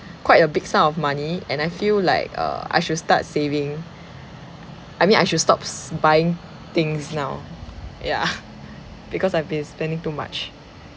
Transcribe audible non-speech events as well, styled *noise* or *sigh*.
quite a big sum of money and I feel like err I should start saving I mean I should stop sp~ buying things now *laughs* yeah because I've been spending too much